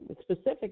specific